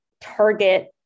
target